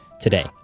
today